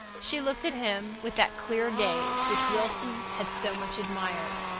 she looked at him with that clear gaze which wilson had so much admired,